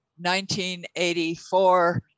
1984